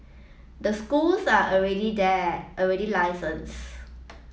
the schools are already there already licensed